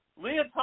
Leah